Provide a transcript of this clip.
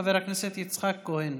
חבר הכנסת יצחק כהן.